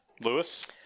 Lewis